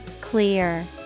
Clear